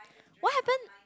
what happen